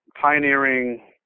pioneering